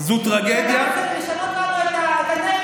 טרגדיה מה שאתה מדבר,